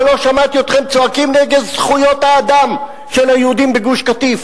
אבל לא שמעתי אתכם צועקים על זכויות האדם של היהודים בגוש-קטיף,